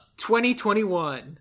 2021